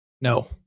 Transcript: No